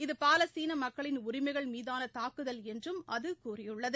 இது பாலஸ்தீன மக்களின் உரிமைகள் மீதான தாக்குதல் என்றும் அது கூறியுள்ளது